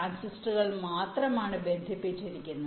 ട്രാൻസിസ്റ്ററുകൾ മാത്രമാണ് ബന്ധിപ്പിച്ചിരിക്കുന്നത്